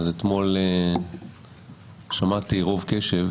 אתמול שמעתי ברוב קשב